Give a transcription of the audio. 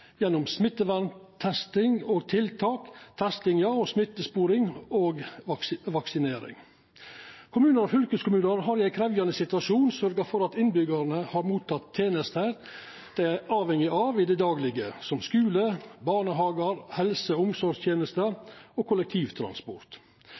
smittesporing og vaksinering. Kommunar og fylkeskommunar har i ein krevjande situasjon sørgt for at innbyggjarane har motteke tenester dei er avhengige av i det daglege, som skule, barnehagar, helse- og omsorgstenester